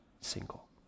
single